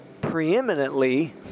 preeminently